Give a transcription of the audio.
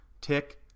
Tick